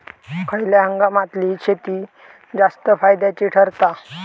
खयल्या हंगामातली शेती जास्त फायद्याची ठरता?